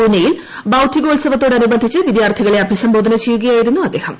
പൂനെയിൽ ബൌദ്ധികോത്സവത്തോടനുബന്ധിച്ച് വിദ്യാർത്ഥികളെ അഭിസംബോധന ചെയ്യുകയായിരുന്നു അദ്ദേഹം